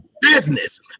business